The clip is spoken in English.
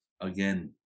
again